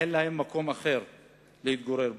אין להם מקום להתגורר בו.